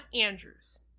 Andrews